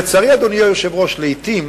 לצערי, אדוני היושב-ראש, לעתים